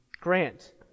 Grant